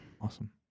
awesome